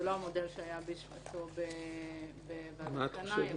זה לא המודל שעלה בזמנו בוועדת קנאי,